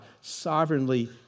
sovereignly